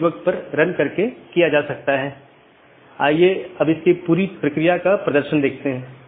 यह open update अधिसूचना और जीवित इत्यादि हैं